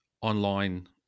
online